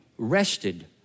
Rested